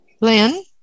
Lynn